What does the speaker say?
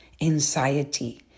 anxiety